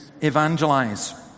evangelize